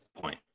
point